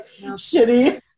shitty